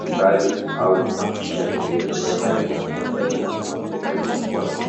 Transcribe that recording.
vibali au kuhahikisha sherea za barabara zinafwata.